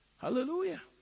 Hallelujah